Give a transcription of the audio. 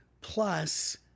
plus